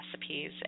recipes